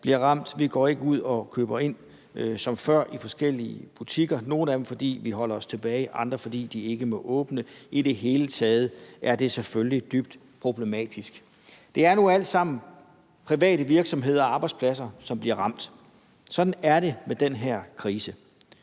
Vi går ikke ud og køber ind som før i forskellige butikker; nogle af dem, fordi vi holder os tilbage, andre, fordi de ikke må åbne. I det hele taget er det selvfølgelig dybt problematisk. Det er nu alt sammen private virksomheder og arbejdspladser, som bliver ramt. Sådan er det med den her krise.